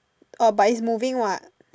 orh but it's moving what